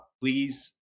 please